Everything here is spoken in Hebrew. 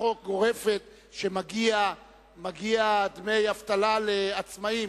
חוק גורפת ש"מגיע דמי אבטלה לעצמאים",